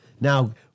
Now